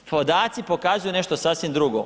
Podaci pokazuju nešto sasvim drugo.